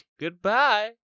Goodbye